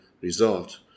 result